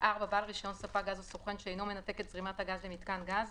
בעל רישיון ספק גז או סוכן שאינו מנתק את זרימת הגז למיתקן גז,